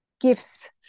gifts